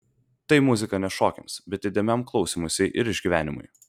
tai muzika ne šokiams bet įdėmiam klausymuisi ir išgyvenimui